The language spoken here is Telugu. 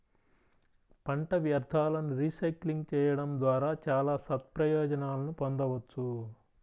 పంట వ్యర్థాలను రీసైక్లింగ్ చేయడం ద్వారా చాలా సత్ప్రయోజనాలను పొందవచ్చు